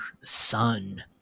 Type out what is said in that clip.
son